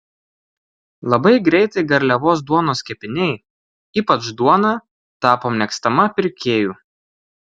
labai greitai garliavos duonos kepiniai ypač duona tapo mėgstama pirkėjų